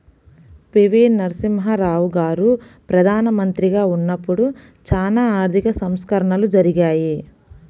పి.వి.నరసింహారావు గారు ప్రదానమంత్రిగా ఉన్నపుడు చానా ఆర్థిక సంస్కరణలు జరిగాయి